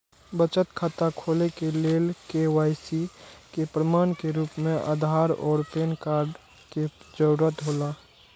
बचत खाता खोले के लेल के.वाइ.सी के प्रमाण के रूप में आधार और पैन कार्ड के जरूरत हौला